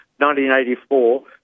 1984